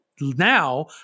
Now